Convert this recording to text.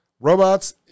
robots